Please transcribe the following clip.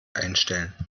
einstellen